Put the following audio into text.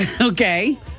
Okay